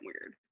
weird